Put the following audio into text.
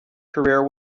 career